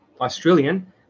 Australian